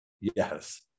Yes